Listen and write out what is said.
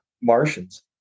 Martians